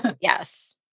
Yes